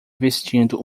vestindo